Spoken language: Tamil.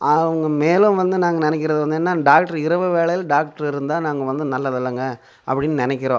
ஆனால் அவங்க மேலும் வந்து நாங்கள் நினைக்கிறது வந்து என்னன்னா டாக்டர் இரவு வேலையில டாக்டர் இருந்தால் நாங்கள் வந்து நல்லதிலங்க அப்படின்னு நினைக்கிறேன்